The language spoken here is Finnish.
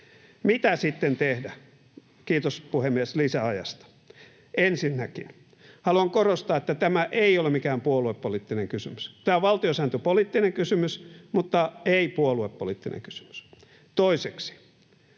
Mitä sitten tehdä? — Kiitos, puhemies, lisäajasta! Ensinnäkin haluan korostaa, että tämä ei ole mikään puoluepoliittinen kysymys. Tämä on valtiosääntöpoliittinen kysymys mutta ei puoluepoliittinen kysymys. Toiseksi